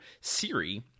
Siri